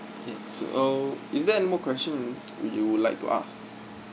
okay so is there any more questions would you like to ask